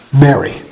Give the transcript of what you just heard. Mary